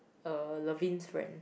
uh Davine's friends